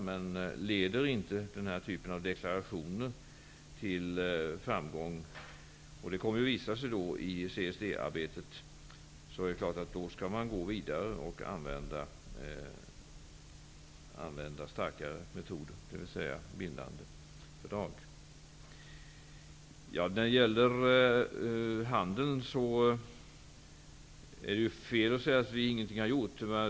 Men om det i CSD-arbetet kommer att visa sig att den här typen av deklarationer inte leder till framgång är det klart att man skall gå vidare och använda starkare metoder, dvs. bindande fördrag. När det gäller handeln är det fel att säga att vi ingenting har gjort.